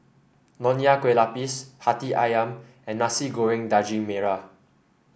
Nonya Kueh Lapis hati ayam and Nasi Goreng Daging Merah